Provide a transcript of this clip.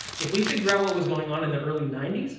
if we figure out what was going on in the early ninety s,